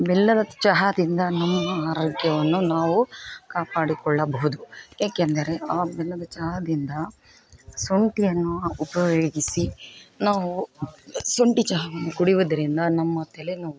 ಬೆಲ್ಲದ ಚಹಾದಿಂದ ನಮ್ಮ ಆರೋಗ್ಯವನ್ನು ನಾವು ಕಾಪಾಡಿಕೊಳ್ಳಬಹುದು ಏಕೆಂದರೆ ಆ ಬೆಲ್ಲದ ಚಹಾದಿಂದ ಶುಂಠಿಯನ್ನು ಉಪಯೋಗಿಸಿ ನಾವು ಶುಂಠಿ ಚಹಾವನ್ನು ಕುಡಿಯೋದ್ರಿಂದ ನಮ್ಮ ತಲೆನೋವು